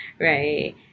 right